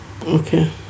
Okay